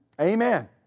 Amen